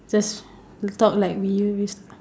just talk like we use